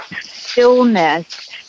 stillness